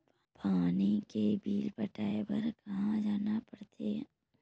पानी के बिल पटाय बार कहा जाना पड़थे?